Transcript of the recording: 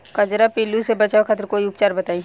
कजरा पिल्लू से बचाव खातिर कोई उपचार बताई?